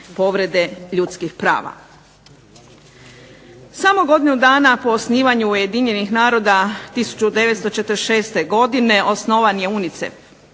povrede ljudskih prava. Samo godinu dana po osnivanju UN-a 1946. godine osnovan je UNICEF.